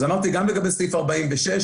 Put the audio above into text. אמרתי לגבי סעיף 46,